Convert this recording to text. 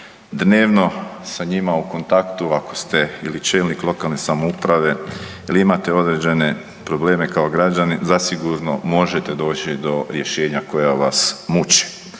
dnevno sa njima u kontaktu ako ste čelnik ili lokalne samouprave ili imate određene probleme kao građanin zasigurno možete doći do rješenja koja vas muče.